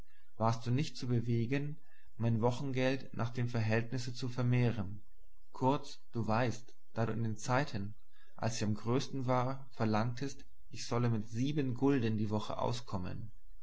warst du nicht zu bewegen mein wochengeld nach dem verhältnisse zu vermehren kurz du weißt daß du in den zeiten da sie am größten war verlangtest ich solle mit sieben gulden die woche auskommen